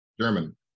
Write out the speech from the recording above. German